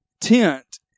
tent